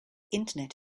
internet